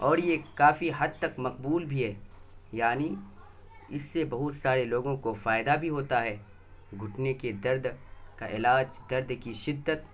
اور یہ کافی حد تک مقبول بھی ہے یعنی اس سے بہت سارے لوگوں کو فائدہ بھی ہوتا ہے گھنٹے کے درد کا علاج درد کی شدت